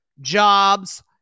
jobs